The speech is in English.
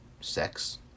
sex